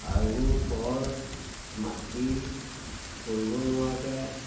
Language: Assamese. আৰু বৰ মাখি পৰিব নোৱাৰাকে